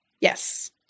Yes